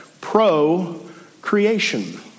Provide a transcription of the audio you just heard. procreation